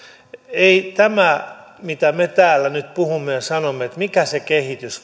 ei tämä mitä me täällä nyt puhumme ja sanomme että mikä se kehitys